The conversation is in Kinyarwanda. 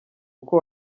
uko